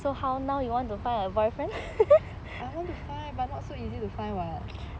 I want to find but not so easy to find [what]